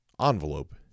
envelope